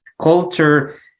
culture